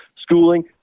schooling